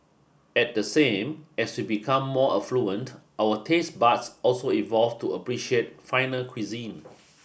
at the same as we become more affluent our taste buds also evolve to appreciate finer cuisine